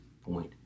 point